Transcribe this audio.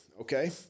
Okay